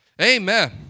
Amen